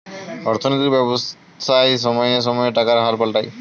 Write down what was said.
অর্থনৈতিক ব্যবসায় সময়ে সময়ে টাকার হার পাল্টায়